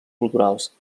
culturals